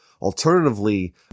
Alternatively